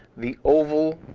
the oval,